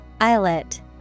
Islet